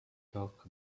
talk